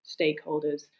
stakeholders